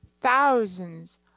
thousands